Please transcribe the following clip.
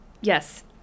Yes